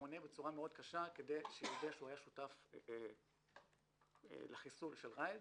ומענים אותו בצורה מאוד קשה כדי שיודה שהיה שותף לחיסול של ראאד.